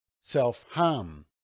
self-harm